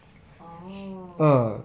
oh